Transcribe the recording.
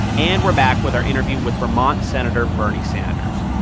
and we're back with our interview with vermont senator bernie sanders.